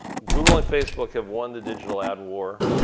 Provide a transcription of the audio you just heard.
google and facebook have won the digital ad war.